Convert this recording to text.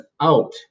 out